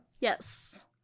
Yes